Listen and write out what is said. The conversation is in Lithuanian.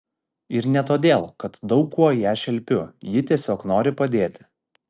ir ne todėl kad daug kuo ją šelpiu ji tiesiog nori padėti